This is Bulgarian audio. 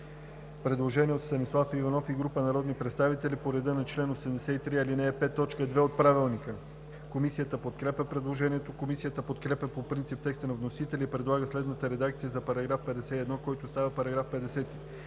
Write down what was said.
предложение от Станислав Иванов и група народни представители по реда на чл. 83, ал. 5, т. 2 от Правилника. Комисията подкрепя предложението. Комисията подкрепя по принцип текста на вносителя и предлага следната редакция за § 51, който става § 50: „§ 50.